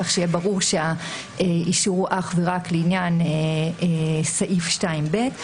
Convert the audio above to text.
כך שיהיה ברור שהאישור הוא אך ורק לעניין סעיף 2(ב).